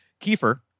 Kiefer